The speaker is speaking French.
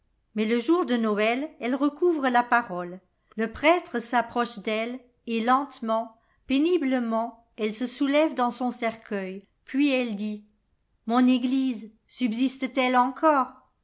mais le jour de noël elle recouvre la parole le prêtre s'approche d'elle et lentement péniblement elle se soulève dans son cercueil puis elle dit mon église subsiste t elle encore